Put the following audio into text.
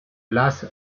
las